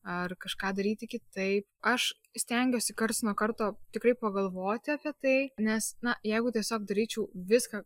ar kažką daryti kitaip aš stengiuosi karts nuo karto tikrai pagalvoti apie tai nes na jeigu tiesiog daryčiau viską